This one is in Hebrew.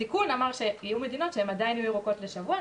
התיקון אמר שיהיו מדינות שעדיין יהיו ירוקות לשבוע.